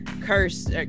curse